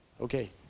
Okay